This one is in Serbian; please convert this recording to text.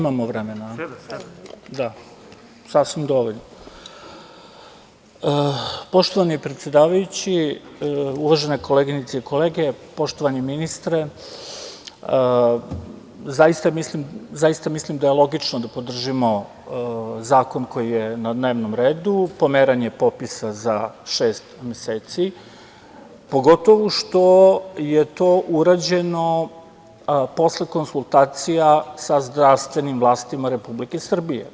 Poštovani predsedavajući, uvažene koleginice i kolege, poštovani ministre, zaista mislim da je logično da podržimo zakon koji je na dnevnom redu, pomeranje popisa za šest meseci, pogotovo što je to urađeno posle konsultacija sa zdravstvenim vlastima Republike Srbije.